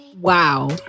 Wow